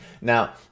Now